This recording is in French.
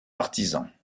partisans